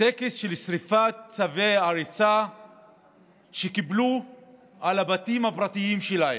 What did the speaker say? טקס של שרפת צווי הריסה שקיבלו על הבתים הפרטיים שלהם,